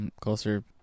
closer